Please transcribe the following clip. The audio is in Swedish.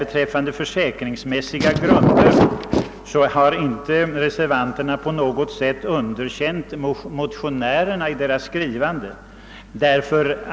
Beträffande de försäkringsmässiga grunderna har vi reservanter inte på något sätt underkänt motionärernas skrivning.